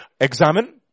examine